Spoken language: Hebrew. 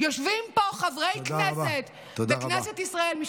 יושבים פה חברי כנסת, בכנסת ישראל, תודה רבה.